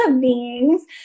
beings